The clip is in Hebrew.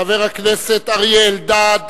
חבר הכנסת אלדד,